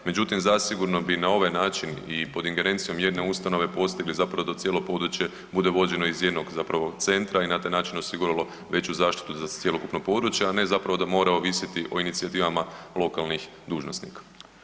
Međutim zasigurno bi na ovaj način i pod ingerencijom jedne ustanove postigli zapravo da cijelo područje bude vođene iz jednog zapravo centra i na taj način osiguralo veću zaštitu za cjelokupno područje, a ne zapravo da mora ovisiti o inicijativama lokalnih dužnosnika.